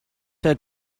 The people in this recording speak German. der